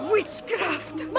Witchcraft